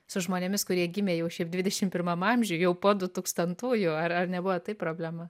su žmonėmis kurie gimė jau šiaip dvidešim pirmam amžiuj jau po du tūkstantųjų ar ar nebuvo tai problema